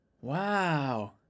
Wow